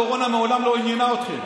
הקורונה מעולם לא עניינה אתכם,